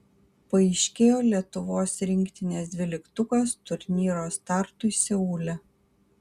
paaiškėjo lietuvos rinktinės dvyliktukas turnyro startui seule